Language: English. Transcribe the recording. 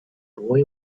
boy